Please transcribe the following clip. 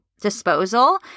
disposal